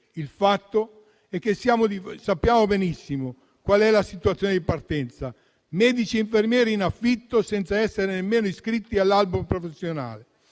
Il fatto è che sappiamo benissimo qual è la situazione di partenza: medici e infermieri in affitto senza essere nemmeno iscritti all'albo professionale;